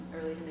early